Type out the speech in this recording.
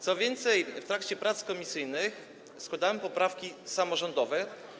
Co więcej, w trakcie prac w komisji składałem poprawki samorządowe.